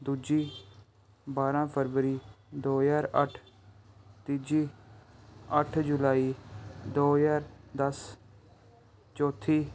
ਦੂਜੀ ਬਾਰ੍ਹਾਂ ਫਰਵਰੀ ਦੋ ਹਜ਼ਾਰ ਅੱਠ ਤੀਜੀ ਅੱਠ ਜੁਲਾਈ ਦੋ ਹਜ਼ਾਰ ਦਸ ਚੌਥੀ